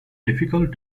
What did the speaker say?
difficult